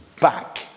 back